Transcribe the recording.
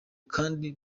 kandi